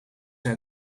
naar